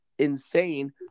insane